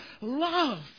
love